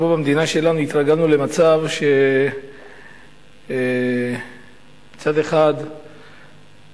פה במדינה שלנו התרגלנו למצב שמצד אחד המשרדים